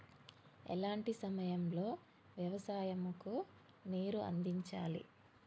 ఎలాంటి సమయం లో వ్యవసాయము కు నీరు అందించాలి?